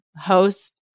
host